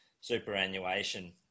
superannuation